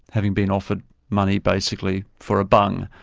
having been offered money basically for a bung.